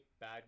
bad